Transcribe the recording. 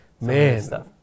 Man